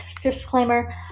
disclaimer